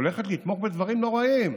הולכת לתמוך בדברים נוראיים.